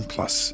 Plus